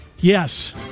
Yes